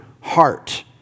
heart